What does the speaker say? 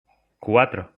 cuatro